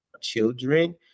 children